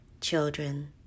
Children